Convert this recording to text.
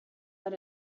that